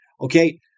okay